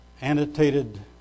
Annotated